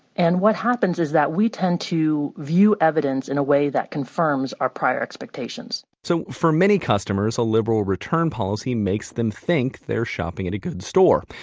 and what happens is that we tend to view evidence in a way that confirms our prior expectations. so for many customers, a liberal return policy makes them think they're shopping at a good store.